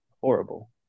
horrible